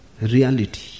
reality